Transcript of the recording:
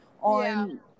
on